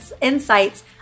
insights